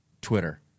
Twitter